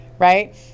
right